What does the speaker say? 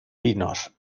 vinos